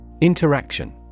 Interaction